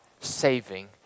saving